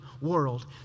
world